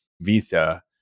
Visa